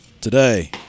today